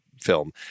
film